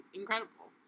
incredible